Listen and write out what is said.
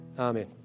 Amen